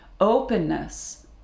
openness